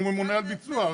הוא ממונה על ביצוע,